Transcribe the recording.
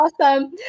Awesome